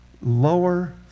lower